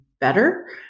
better